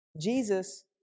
Jesus